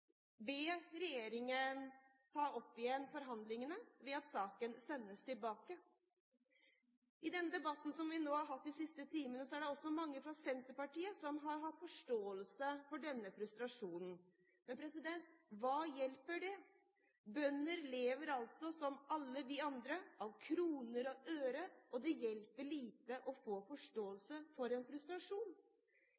be regjeringen ta opp igjen forhandlingene, ved at saken sendes tilbake. I denne debatten som vi nå har hatt de siste timene, er det også mange fra Senterpartiet som har hatt forståelse for denne frustrasjonen. Men hva hjelper det? Bønder, som alle vi andre, lever av kroner og øre. Det hjelper lite å få